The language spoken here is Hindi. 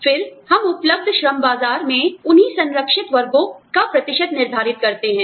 फिर हम उपलब्ध श्रम बाजार में उन्हीं संरक्षित वर्गों का प्रतिशत निर्धारित करते हैं